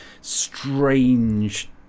strange